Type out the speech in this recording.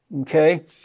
okay